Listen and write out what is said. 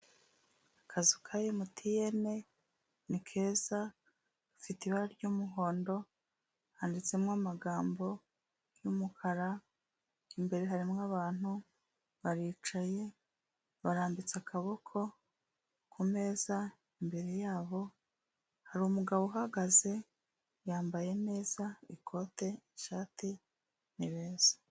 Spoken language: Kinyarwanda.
Akazu ka emutiyene ni keza gafite ibara ry'umuhondo, handitsemo amagambo y'umukara, imbere harimo abantu baricaye barambitse akaboko kumeza, imbere yabo hari umugabo uhagaze, yambaye neza ikote, ishati, ni beza.